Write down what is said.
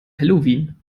halloween